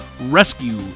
rescue